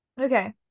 Okay